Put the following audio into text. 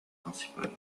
principal